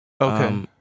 Okay